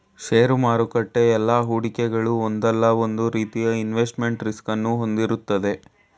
ಷೇರು ಮಾರುಕಟ್ಟೆ ಎಲ್ಲಾ ಹೂಡಿಕೆಗಳು ಒಂದಲ್ಲ ಒಂದು ರೀತಿಯ ಇನ್ವೆಸ್ಟ್ಮೆಂಟ್ ರಿಸ್ಕ್ ಅನ್ನು ಹೊಂದಿರುತ್ತದೆ